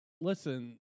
Listen